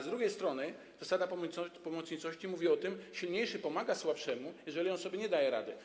Z drugiej strony zasada pomocniczości mówi o tym, że silniejszy pomaga słabszemu, jeżeli on sobie nie daje rady.